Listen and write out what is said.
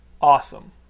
awesome